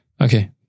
Okay